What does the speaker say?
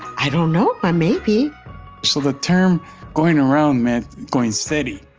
i don't know, ah maybe so the term going around meant going steady,